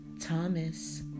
Thomas